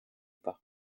pas